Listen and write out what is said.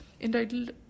entitled